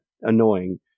annoying